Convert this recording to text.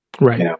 right